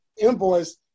invoice